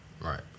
right